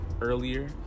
earlier